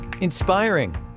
Inspiring